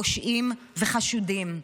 פושעים וחשודים,